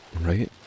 right